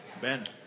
Ben